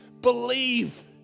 believe